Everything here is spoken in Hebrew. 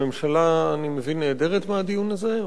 תודה רבה לך, הממשלה, אני מבין, נעדרת מהדיון הזה?